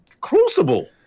crucible